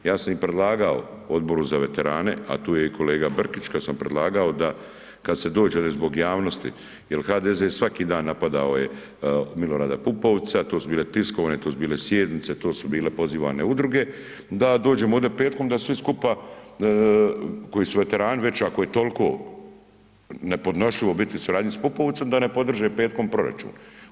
Ja sam i predlagao Odboru za veterane a tu je i kolega Brkić kad sam predlagao da kad se dođe ovdje zbog javnosti jer HDZ svaki dan napadao je Milorada Pupovca, to su bile tiskovne, to su bile sjednice, to su bile pozivane udruge da dođemo ovdje petkom i da vi skupa koji su veterani već ako je toliko nepodnošljivo biti u suradnji sa Pupovcem, da ne podrže petkom proračun.